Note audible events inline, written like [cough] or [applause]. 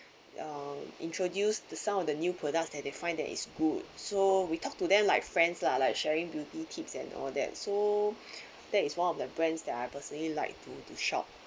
uh introduced the some of the new products that they find that is good so we talked to them like friends lah like sharing beauty tips and all that so [breath] that is one of the brands that I personally like to to shop